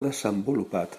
desenvolupat